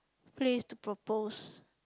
place to propose